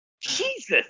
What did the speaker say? Jesus